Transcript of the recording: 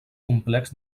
complex